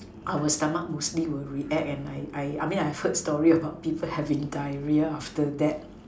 our stomach mostly will react and I I I mean I heard story about people having diarrhoea after that